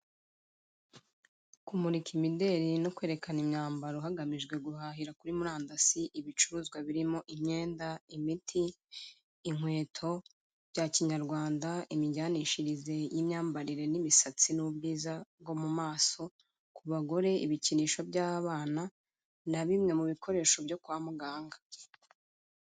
Kumurika imideli no kwerekana imyambaro hagamijwe guhahira kuri murandasi ibicuruzwa birimo imyenda, imiti, inkweto, bya kinyarwanda, imijyanishirize y'imyambarire n'imisatsi n'ubwiza bwo mu maso ku bagore, ibikinisho by'abana, na bimwe mu bikoresho byo kwa muganga.